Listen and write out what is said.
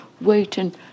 waiting